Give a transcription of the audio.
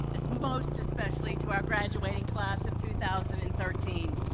as most especially, to our graduating class of two thousand and thirteen.